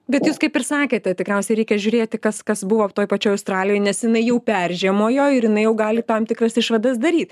bet jūs kaip ir sakėte tikriausiai reikia žiūrėti kas kas buvo toj pačioj australijoj nes jinai jau peržiemojo ir jinai jau gali tam tikras išvadas daryt